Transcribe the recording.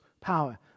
power